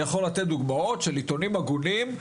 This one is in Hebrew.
יכול לתת דוגמאות של עיתונים הגונים,